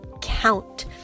count